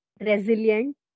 resilient